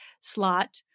slot